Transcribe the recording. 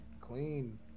clean